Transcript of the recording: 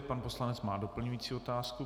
Pan poslanec má doplňující otázku.